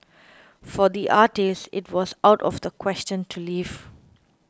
for the artist it was out of the question to leave